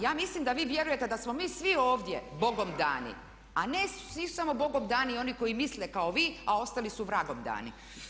Ja mislim da vi vjerujete da smo mi svi ovdje bogom dani, a nisu samo bogom dani oni koji misle kao vi, a ostali su vragom dani.